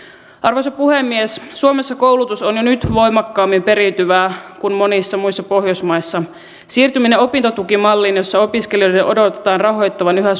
arvoisa puhemies suomessa koulutus on jo nyt voimakkaammin periytyvää kuin monissa muissa pohjoismaissa siirtyminen opintotukimalliin jossa opiskelijoiden odotetaan rahoittavan yhä